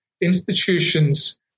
institutions